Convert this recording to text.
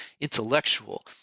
intellectual